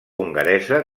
hongaresa